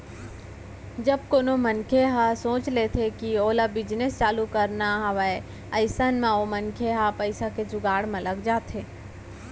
जब कोनो मनसे ह सोच लेथे कि ओला बिजनेस चालू करना हावय अइसन म ओ मनसे ह पइसा के जुगाड़ म लग जाथे